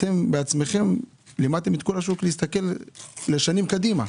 בעצמכם לימדתם את כל השוק להסתכל לשנים קדימה.